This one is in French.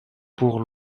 pour